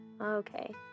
Okay